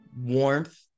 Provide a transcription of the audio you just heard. warmth